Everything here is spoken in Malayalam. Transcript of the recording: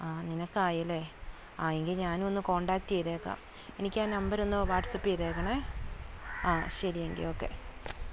നിനക്ക് ആയല്ലേ ആ എങ്കിൽ ഞാനും ഒന്ന് കോൺടാക്റ്റ് ചെയ്തേക്കാം എനിക്ക് ആ നമ്പർ ഒന്ന് വാട്ട്സാപ്പ് ചെയ്തേക്കണേ ആ ശരി എങ്കിൽ ഓക്കെ